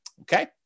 Okay